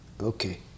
Okay